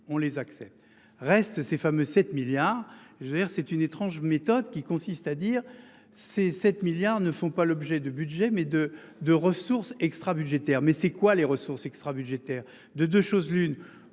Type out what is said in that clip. On les accès reste ces fameuses 7 milliards. Je veux dire c'est une étrange méthode qui consiste à dire, ces 7 milliards ne font pas l'objet de budget mais de de ressources extra-budgétaires, mais c'est quoi les ressources extra-budgétaires de 2 choses l'une,